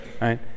right